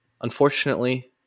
unfortunately